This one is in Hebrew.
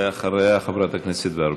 בבקשה, ואחריה, חברת הכנסת ורבין.